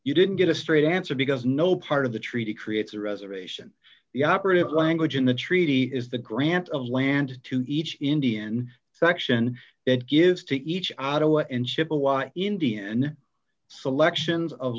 you didn't get a straight answer because no part of the treaty creates a reservation the operative language in the treaty is the grant of land to each indian section that gives to each out o and chippewa indian selections of